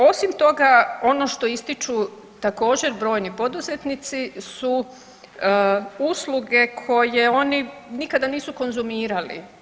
Osim toga ono što ističu također brojni poduzetnici su usluge koje oni nikada nisu konzumirali.